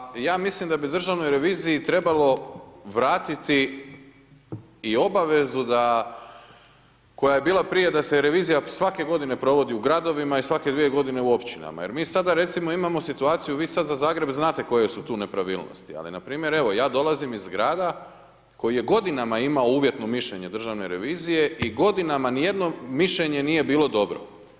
Kolega Maras, pa ja mislim da bi državnoj reviziji trebalo vratiti i obavezu koja je bila prije da se revizija svake godine provodi u gradovima i svake dvije godine u općinama, jer mi sada recimo, imamo situaciju, vi sad za Zagreb znate koje su tu nepravilnosti, ali npr. evo, ja dolazim iz grada koji je godinama imao uvjetno mišljenje državne revizije i godinama nijedno mišljenje nije bilo dobro.